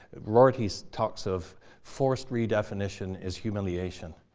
rorty talks of forced redefinition is humiliation.